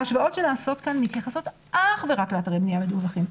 ההשוואות שנעשות כאן מתייחסות אך ורק לאתרי בנייה מדווחים.